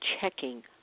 checking